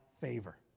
favor